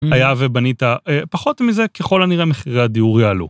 היה ובנית, פחות מזה ככל הנראה מחירי הדיור יעלו.